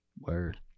Word